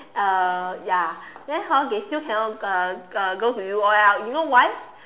uh ya then hor they still cannot uh uh go to U_O_L you know why